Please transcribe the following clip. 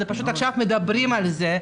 פשוט עכשיו מדברים על זה,